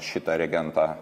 šitą reagentą